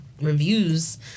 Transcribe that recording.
reviews